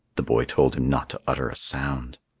the boy told him not to utter a sound.